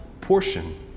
portion